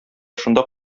шунда